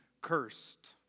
cursed